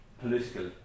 political